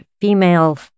female